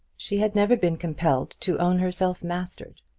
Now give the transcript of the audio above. she had never been compelled to own herself mastered.